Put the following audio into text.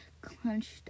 clenched